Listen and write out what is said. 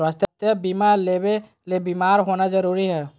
स्वास्थ्य बीमा लेबे ले बीमार होना जरूरी हय?